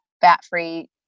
fat-free